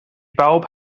bawb